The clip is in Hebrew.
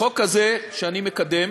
החוק הזה שאני מקדם